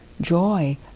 joy